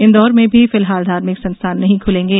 इन्दौर में भी फिलहाल धार्मिक संस्थान नहीं खुलेंगे